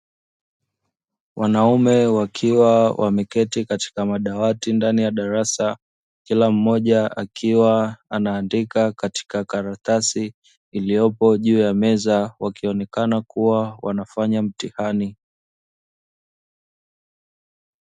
Wanaume wakiwa wameketi katika madawati ndani ya darasa, kila mmoja akiwa anaandika katika karatasi iliyopo juu ya meza wakionekana kuwa wanafanya mtihani.